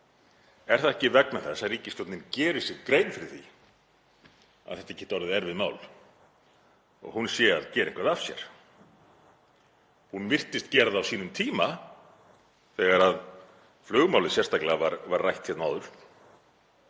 Er það ekki vegna þess að ríkisstjórnin gerir sér grein fyrir því að þetta geti orðið erfið mál og hún sé að gera eitthvað af sér? Hún virtist gera það á sínum tíma þegar flugmálið sérstaklega var rætt hérna áður.